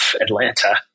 Atlanta